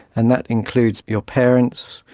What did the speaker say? and that includes your parents,